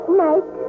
night